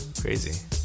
Crazy